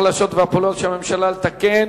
לוועדת הכספים נתקבלה.